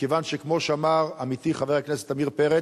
מכיוון שכמו שאמר עמיתי חבר הכנסת עמיר פרץ,